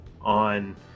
on